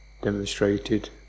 Demonstrated